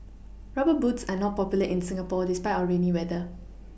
rubber boots are not popular in Singapore despite our rainy weather